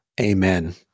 Amen